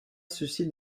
suscite